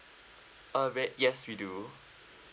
uh red yes we do